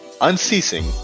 unceasing